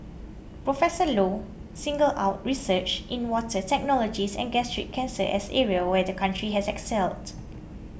Professor Low singled out research in water technologies and gastric cancer as areas where the country had excelled